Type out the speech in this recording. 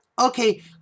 okay